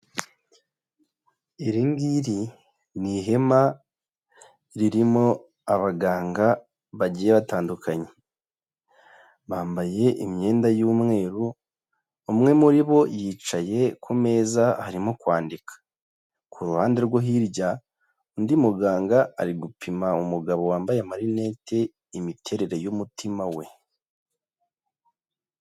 Iri ngiri ni ihema ririmo abaganga bagiye batandukanye, bambaye imyenda y'umweru, umwe muri bo yicaye ku meza arimo kwandika, ku ruhande rwo hirya undi muganga ari gupima umugabo wambaye amarinete imiterere y'umutima we.